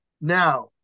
Now